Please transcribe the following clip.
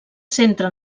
centra